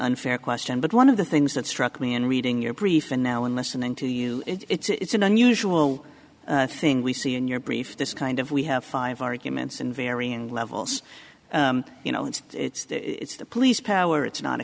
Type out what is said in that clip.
unfair question but one of the things that struck me in reading your brief and now in listening to you it's an unusual thing we see in your brief this kind of we have five arguments in varying levels you know it's it's it's the police power it's not a